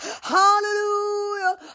Hallelujah